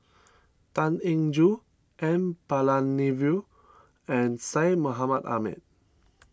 Tan Eng Joo N Palanivelu and Syed Mohamed Ahmed